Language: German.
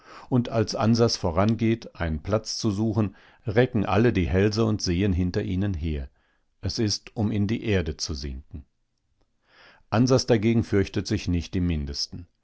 und als ansas vorangeht einen platz zu suchen recken alle die hälse und sehen hinter ihnen her es ist um in die erde zu sinken ansas dagegen fürchtet sich nicht im mindesten